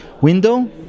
window